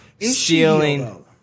stealing